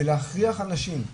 זה להכריח אנשים בכפיה,